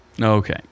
Okay